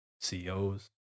CEOs